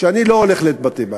שאני לא הולך להתבטא בעניין.